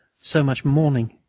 so much mourning.